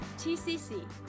TCC